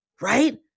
right